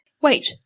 Wait